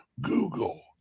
Google